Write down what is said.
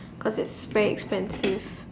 because it's very expensive